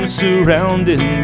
surrounded